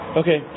okay